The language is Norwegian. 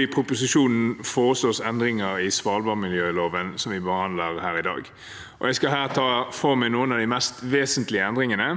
I proposisjonen foreslås endringer i svalbardmiljøloven, som vi behandler her i dag. Jeg skal her ta for meg noen av de mest vesentlige endringene: